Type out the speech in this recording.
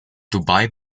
dubai